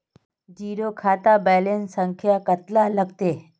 Zero खाता balance संख्या कतला लगते?